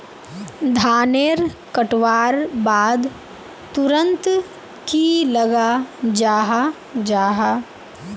धानेर कटवार बाद तुरंत की लगा जाहा जाहा?